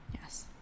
Yes